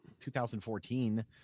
2014